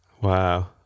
Wow